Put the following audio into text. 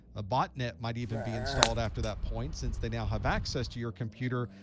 a botnet might even be installed after that point. since they now have access to your computer,